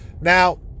now